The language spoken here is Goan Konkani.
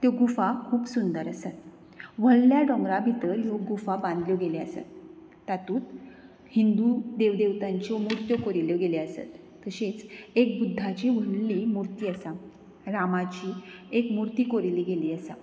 त्यो गुफा खूब सुंदर आसात व्हडल्या डोंगरा भितर ह्यो गुफा बांदल्यो गेले आसात तातूत हिंदू देव देवतांच्यो मुर्त्यो कोरिल्ल्यो गेले आसात तशेच एक बुद्धाची व्हडली मुर्ती आसा रामाची एक मुर्ती कोरिल्ली गेल्ली आसा